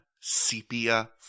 sepia